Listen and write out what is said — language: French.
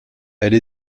elle